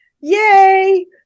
Yay